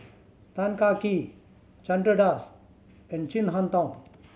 Tan Kah Kee Chandra Das and Chin Harn Tong